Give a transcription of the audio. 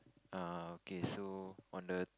err okay so on the